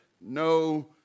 no